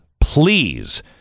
please